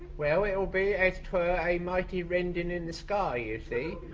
well it'll be as per a mighty rending in the sky, you see.